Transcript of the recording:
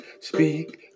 speak